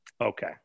Okay